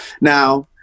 Now